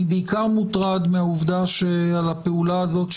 אני בעיקר מוטרד מהעובדה שעל הפעולה הזאת,